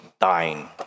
dying